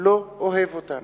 לא אוהב אותנו.